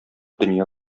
дөнья